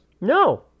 No